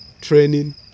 training